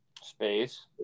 Space